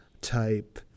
type